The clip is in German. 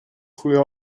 früher